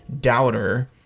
doubter